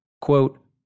quote